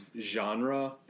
genre